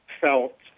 felt